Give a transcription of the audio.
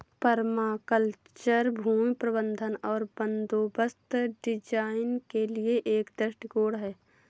permaculture भूमि प्रबंधन और बंदोबस्त डिजाइन के लिए एक दृष्टिकोण है